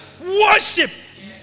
Worship